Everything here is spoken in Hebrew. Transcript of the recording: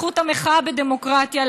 זכות המחאה בדמוקרטיה,